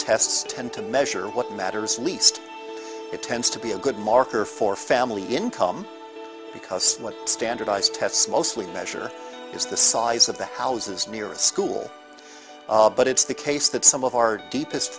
tests tend to measure what matters least it tends to be a good marker for family income because what standardized tests mostly measure is the size of the houses near the school but it's the case that some of our deepest